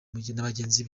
bagenzi